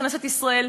בכנסת ישראל,